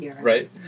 right